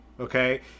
okay